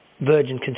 virgin